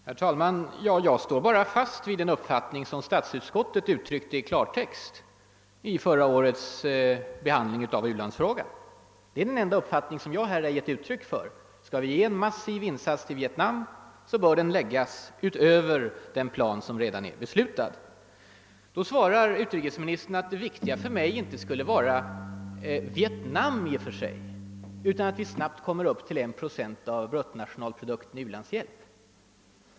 Herr talman! Jag uttalar bara den uppfattning som statsutskottet uttryckte i klartext vid förra årets behandling av u-landsfrågan. Det är den enda mening som jag här givit uttryck åt. När vi gör en massiv insats till Vietnam, så bör den göras utöver den plan som redan är beslutad. Då säger utrikesministern, att det viktiga för mig inte skulle vara Vietnam i och för sig, utan att vi snabbt kommer upp till en procent av bruttonationalprodukten i u-landshjälp.